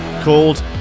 called